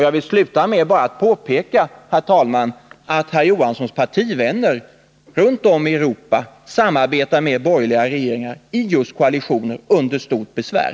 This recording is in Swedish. Jag vill sluta med att påpeka, herr talman, att herr Johanssons partivänner runt om i Europa samarbetar med borgerliga regeringar i just koalitioner under ibland stort besvär.